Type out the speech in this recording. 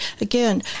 Again